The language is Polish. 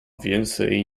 więcej